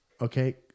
okay